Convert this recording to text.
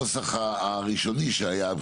נוסח ראשוני שהיה,